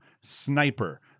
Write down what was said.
sniper